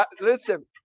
Listen